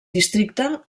districte